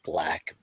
Black